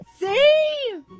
See